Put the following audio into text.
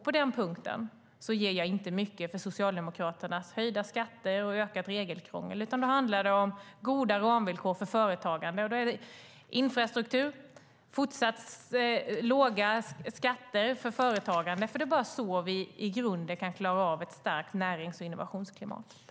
På den punkten ger jag inte mycket för Socialdemokraternas höjda skatter och ökat regelkrångel. I stället handlar det om goda ramvillkor för företagande: infrastruktur och fortsatt låga skatter för företagande. Det är bara så vi i grunden kan klara av ett starkt närings och innovationsklimat.